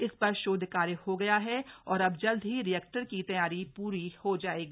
इस पर शोध कार्य हो गया है और अब जल्द ही रिएक्टर की तैयारी प्री हो जाएगी